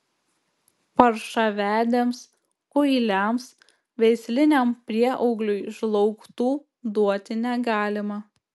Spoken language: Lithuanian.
paršavedėms kuiliams veisliniam prieaugliui žlaugtų duoti negalima